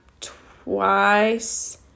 twice